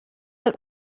mal